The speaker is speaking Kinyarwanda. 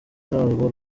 narwo